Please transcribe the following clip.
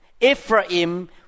Ephraim